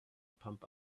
pump